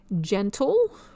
gentle